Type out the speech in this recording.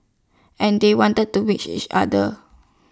and they wanted to wish each other